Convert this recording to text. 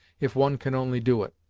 if one can only do it.